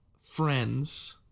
friends